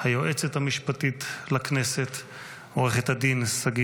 ממלא מקום נשיא בית המשפט העליון השופט יצחק עמית והגברת רבקה עמית,